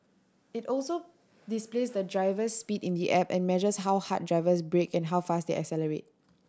it also displays the driver's speed in the app and measures how hard drivers brake and how fast they accelerate